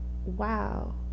Wow